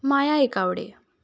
Maya Ekawade